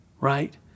right